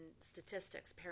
statistics